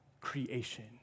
creation